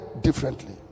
differently